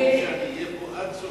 אני מבטיח שאני אהיה פה עד סוף הדיון.